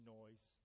noise